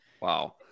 wow